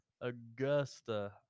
Augusta